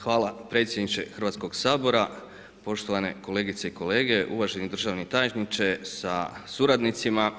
Hvala predsjedniče Hrvatskoga sabora, poštovane kolegice i kolege, uvaženi državni tajniče sa suradnicima.